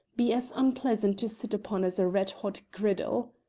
be as unpleasant to sit upon as a red-hot griddle.